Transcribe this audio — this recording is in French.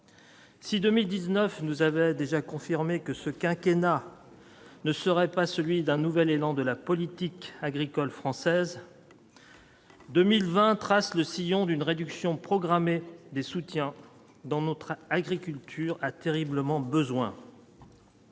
Si 2019 nous avait déjà confirmé que ce quinquennat ne serait pas celui d'un nouvel élan de la politique agricole française. 2020, trace le sillon d'une réduction programmée des soutiens dans notre agriculture a terriblement besoin.